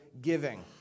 giving